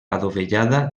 adovellada